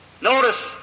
Notice